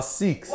six